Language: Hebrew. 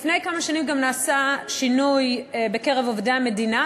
לפני כמה שנים נעשה שינוי בקרב עובדי המדינה,